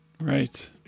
Right